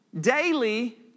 daily